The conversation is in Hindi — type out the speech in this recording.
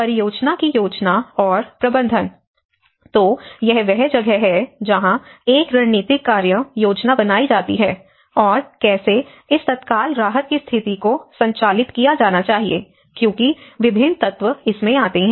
परियोजना की योजना और प्रबंधन तो यह वह जगह है जहां एक रणनीतिक कार्य योजना बनाई जाती है और कैसे इस तत्काल राहत की स्थिति को संचालित किया जाना चाहिए क्योंकि विभिन्न तत्त्व इसमें आते हैं